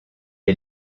est